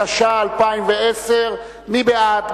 התש"ע 2010. מי בעד?